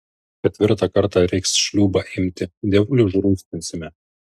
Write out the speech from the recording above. ketvirtą kartą reiks šliūbą imti dievulį užrūstinsime